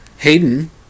Hayden